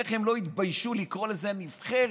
איך הם לא התביישו לקרוא לזה "הנבחרת".